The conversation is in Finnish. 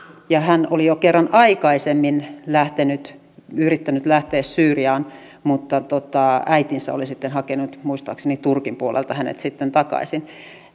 hän oli jo kerran aikaisemmin yrittänyt lähteä syyriaan mutta hänen äitinsä oli sitten hakenut muistaakseni turkin puolelta hänet takaisin